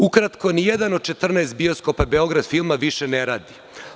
Ukratko, ni jedan od 14 bioskopa „Beograd filma“ više ne radi.